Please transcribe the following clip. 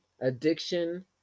addiction